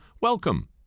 welcome